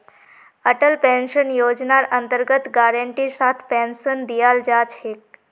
Atal pension योजनार अन्तर्गत गारंटीर साथ पेन्शन दीयाल जा छेक